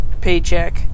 paycheck